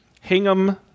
Hingham